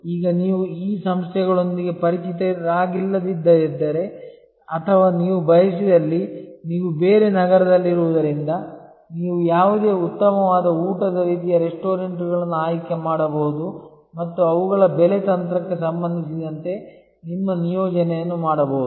ಈಗ ನೀವು ಈ ಸಂಸ್ಥೆಗಳೊಂದಿಗೆ ಪರಿಚಿತರಾಗಿಲ್ಲದಿದ್ದರೆ ಅಥವಾ ನೀವು ಬಯಸಿದಲ್ಲಿ ನೀವು ಬೇರೆ ನಗರದಲ್ಲಿರುವುದರಿಂದ ನೀವು ಯಾವುದೇ ಉತ್ತಮವಾದ ಊಟದ ರೀತಿಯ ರೆಸ್ಟೋರೆಂಟ್ಗಳನ್ನು ಆಯ್ಕೆ ಮಾಡಬಹುದು ಮತ್ತು ಅವುಗಳ ಬೆಲೆ ತಂತ್ರಕ್ಕೆ ಸಂಬಂಧಿಸಿದಂತೆ ನಿಮ್ಮ ನಿಯೋಜನೆಯನ್ನು ಮಾಡಬಹುದು